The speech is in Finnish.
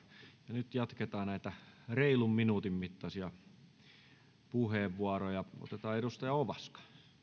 nyt jatketaan näitä reilun minuutin mittaisia puheenvuoroja otetaan edustaja ovaska arvoisa